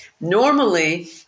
Normally